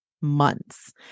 months